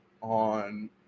on